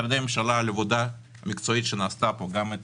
משרדי הממשלה על העבודה המקצועית שנעשתה פה, את